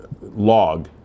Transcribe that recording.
log